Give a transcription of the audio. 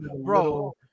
bro